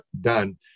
done